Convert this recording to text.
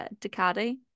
Ducati